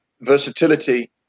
versatility